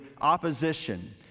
opposition